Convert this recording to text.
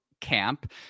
camp